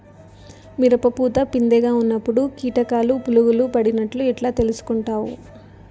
మిరప పూత పిందె గా ఉన్నప్పుడు కీటకాలు పులుగులు పడినట్లు ఎట్లా తెలుసుకుంటావు?